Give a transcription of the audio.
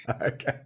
okay